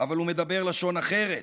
/ אבל הוא מדבר לשון אחרת.